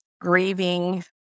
Grieving